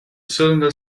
cylinder